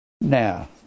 Now